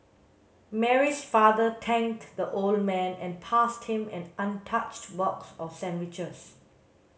Mary's father thanked the old man and passed him an untouched box of sandwiches